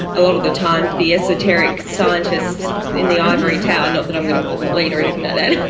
a lot of the time, the esoteric scientists in the ivory tower, not that i'm going to call them elite or anything like ah that.